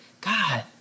God